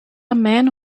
man